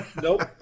Nope